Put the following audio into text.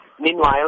Meanwhile